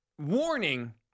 Warning